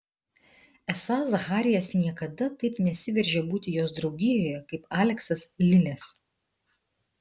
esą zacharijas niekada taip nesiveržia būti jos draugijoje kaip aleksas lilės